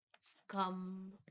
Scum